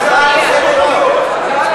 הצעה לסדר הדיון.